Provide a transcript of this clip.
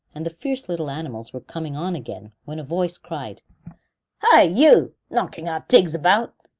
and the fierce little animals were coming on again, when a voice cried hi! you! knocking our tigs about!